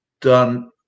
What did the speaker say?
done